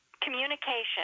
communication